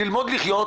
ללמד לחיות